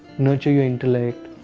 nurture your intellect,